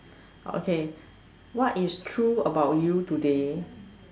okay what is true about you today